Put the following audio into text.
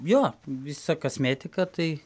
jo visa kasmėtika tai